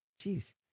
Jeez